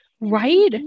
right